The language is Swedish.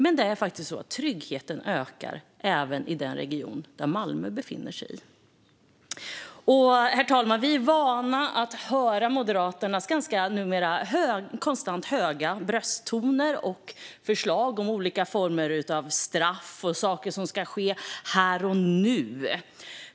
Men det är faktiskt så: Tryggheten ökar, även i den region som Malmö ligger i. Herr talman! Vi är vana att höra Moderaternas numera konstant ganska höga brösttoner och förslag om olika former av straff och saker som ska ske här och nu.